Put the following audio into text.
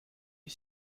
you